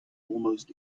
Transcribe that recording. almost